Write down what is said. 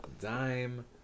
Dime